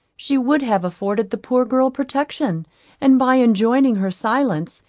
she would have afforded the poor girl protection and by enjoining her silence,